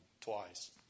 twice